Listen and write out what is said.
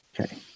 Okay